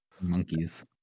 monkeys